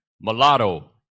Mulatto